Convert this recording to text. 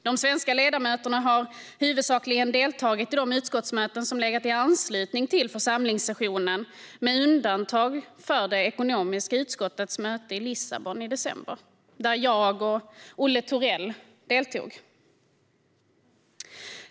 De svenska ledamöterna har huvudsakligen deltagit i de utskottsmöten som legat i anslutning till församlingssessionen, med undantag för det ekonomiska utskottets möte i Lissabon i december, där jag och Olle Thorell deltog.